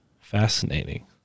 Fascinating